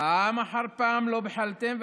פעם אחר פעם לא בחלתם,